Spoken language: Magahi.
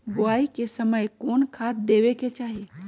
बोआई के समय कौन खाद देवे के चाही?